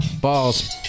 balls